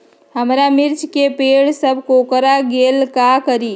हमारा मिर्ची के पेड़ सब कोकरा गेल का करी?